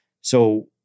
So-